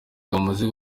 bamaze